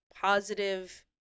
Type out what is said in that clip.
positive